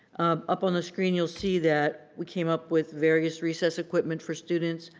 up on the screen you'll see that we came up with various recess equipment for students.